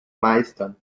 meistern